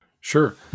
Sure